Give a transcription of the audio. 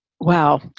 Wow